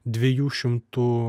dviejų šimtų